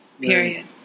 Period